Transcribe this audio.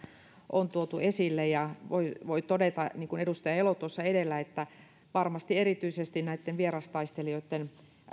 on tuotu esille ja voi voi todeta niin kuin edustaja elo tuossa edellä että varmasti erityisesti näitten vierastaistelijoitten